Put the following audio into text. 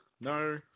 No